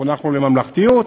חונכנו לממלכתיות,